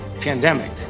pandemic